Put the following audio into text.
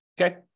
Okay